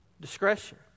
Discretion